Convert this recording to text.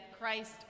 Christ